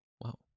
Wow